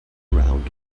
around